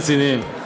רציניים,